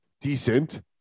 decent